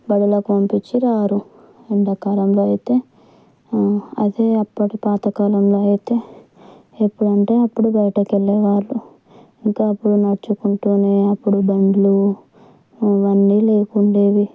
బడులకు పంపించి రారు ఎండాకాలంలో అయితే అదే అప్పటి పాత కాలంలో అయితే ఎప్పుడు అంటే అప్పుడు బయటకి వెళ్ళేవాళ్ళు ఇంకా అప్పుడు నడుచుకుంటూనే అప్పుడు బండ్లు అవన్నీ లేకుండేవి